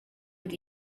with